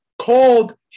called –